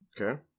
okay